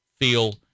feel